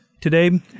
Today